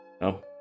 No